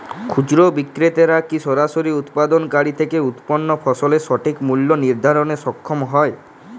খুচরা বিক্রেতারা কী সরাসরি উৎপাদনকারী থেকে উৎপন্ন ফসলের সঠিক মূল্য নির্ধারণে সক্ষম হয়?